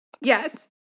Yes